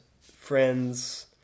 friends